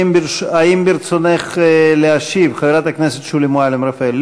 האם ברצונך להשיב, חברת הכנסת שולי מועלם-רפאלי?